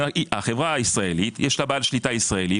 החברה הישראלית, יש לה בעל שליטה ישראלי.